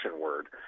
word